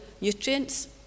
nutrients